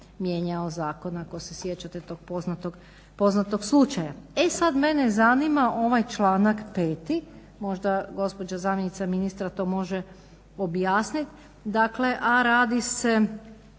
mijenjao zakon. Ako se sjećate tog poznatog slučaja. E sad mene zanima ovaj članak 5., možda gospođa zamjenica ministra to može objasniti dakle, a radi se